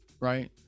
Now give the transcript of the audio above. right